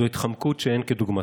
זו התחמקות שאין כדוגמתה,